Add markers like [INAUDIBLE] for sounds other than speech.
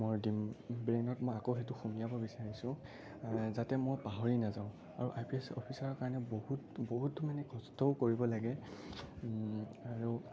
মই [UNINTELLIGIBLE] ব্ৰেইনত মই আকৌ সেইটো সোমোৱাব বিচাৰিছোঁ যাতে মই পাহৰি নাযাওঁ আৰু আই পি এছ অফিচাৰৰ কাৰণে বহুত বহুতো মানে কষ্টও কৰিব লাগে আৰু